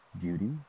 Judy